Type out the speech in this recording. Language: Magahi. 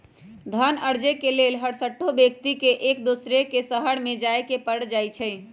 धन अरजे के लेल हरसठ्हो व्यक्ति के एक दोसर के शहरमें जाय के पर जाइ छइ